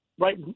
Right